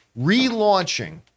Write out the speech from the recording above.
relaunching